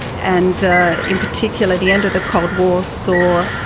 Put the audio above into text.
and in particular, the end of the cold war saw